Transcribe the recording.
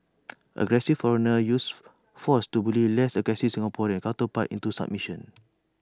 aggressive foreigner uses force to bully less aggressive Singaporean counterpart into submission